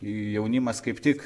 jaunimas kaip tik